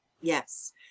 Yes